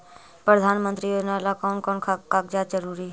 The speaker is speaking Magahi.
प्रधानमंत्री योजना ला कोन कोन कागजात जरूरी है?